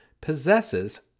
possesses